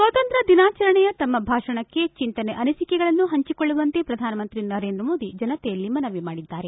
ಸ್ವಾತಂತ್ರ್ಯ ದಿನಾಚರಣೆಯ ತಮ್ನ ಭಾಷಣಕ್ಕೆ ಚಿಂತನೆ ಅನಿಸಿಕೆಗಳನ್ನು ಹಂಚಿಕೊಳ್ಳುವಂತೆ ಪ್ರಧಾನ ಮಂತ್ರಿ ನರೇಂದ್ರ ಮೋದಿ ಜನತೆಗೆ ಮನವಿ ಮಾಡಿದ್ದಾರೆ